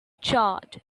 charred